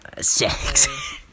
sex